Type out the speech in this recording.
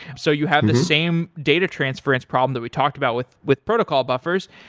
so you have the same data transference problem that we talked about with with protocol buffers.